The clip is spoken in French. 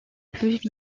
plus